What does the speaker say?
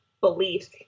beliefs